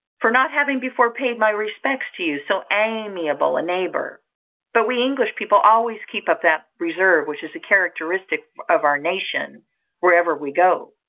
for not having before paid my respects to so amiable a neighbour but we english people always keep up that reserve which is the characteristic of our nation wherever we go.